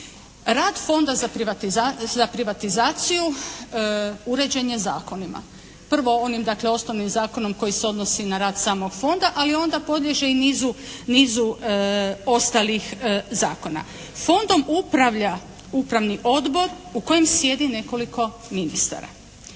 Rad Fonda za privatizaciju uređen je zakonima. Prvo dakle onim osnovnim zakonom koji se odnosi na rad samog fonda, ali onda podliježe i nizu ostalih zakona. Fondom upravlja upravni odbor u kojem sjedi nekoliko ministara.